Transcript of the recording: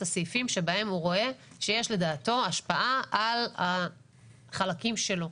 הסעיפים שבהם הוא רואה שיש לדעתו השפעה על החלקים שלו.